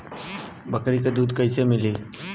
बकरी क दूध कईसे मिली?